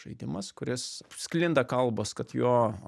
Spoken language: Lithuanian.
žaidimas kuris sklinda kalbos kad jo